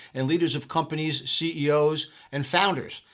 and leaders of companies, ceo's and founders.